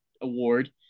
award